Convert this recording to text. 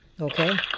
Okay